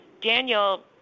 Daniel